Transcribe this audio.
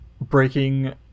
breaking